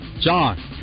John